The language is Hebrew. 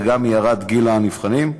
וגם ירד גיל הנבחנים,